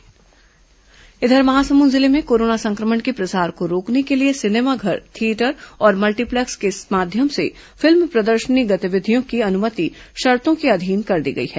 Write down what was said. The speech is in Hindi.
कोरोना समाचार जागरूकता इधर महासमुंद जिले में कोरोना संक्रमण के प्रसार को रोकने के लिए सिनेमाघर थियेटर और मल्टीप्लेक्स के माध्यम से फिल्म प्रदर्शनी गतिविधियों की अनुमति शर्तों के अधीन दी गई है